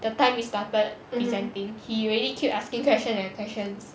the time we started presenting he already keep asking question and questions